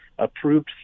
approved